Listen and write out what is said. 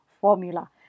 formula